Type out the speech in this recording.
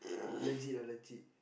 legit ah legit